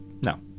no